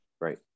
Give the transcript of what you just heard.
Right